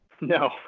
No